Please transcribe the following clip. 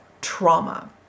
trauma